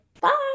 Bye